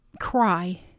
cry